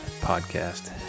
podcast